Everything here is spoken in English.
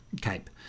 Cape